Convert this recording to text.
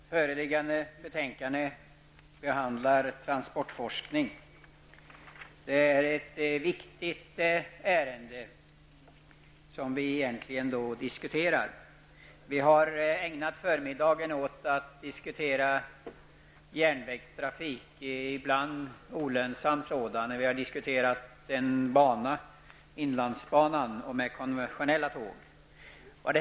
Herr talman! Föreliggande betänkande behandlar frågan om transportforskning, och det är en viktig fråga. Vi har ägnat förmiddagen åt att diskutera järnvägstrafik, ibland olönsam sådan, och vi har diskuterat inlandsbanan samt mer konventionell tågtrafik.